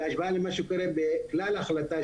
בהשוואה למה שקורה בכלל ההחלטה,